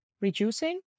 reducing